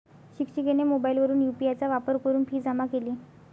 शिक्षिकेने मोबाईलवरून यू.पी.आय चा वापर करून फी जमा केली